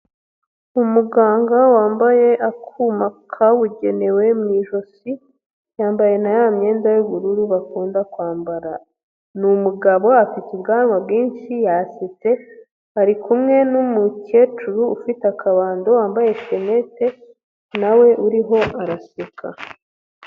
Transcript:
Umuganga wambaye akuma kabugenewe mu ijosi, yambaye na ya myenda y'ubururu bakunda kwambara, ni umugabo afite ubwanwa bwinshi yasetse, ari kumwe n'umukecuru ufite akabando wambaye shaneti na we uriho araseka.